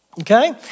Okay